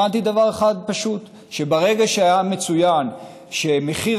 הבנתי דבר אחד פשוט: שברגע שהיה מצוין שמחיר